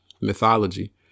mythology